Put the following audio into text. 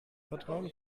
vertrauen